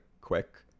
quick